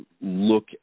look